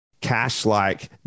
cash-like